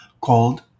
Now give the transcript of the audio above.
called